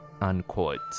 unquote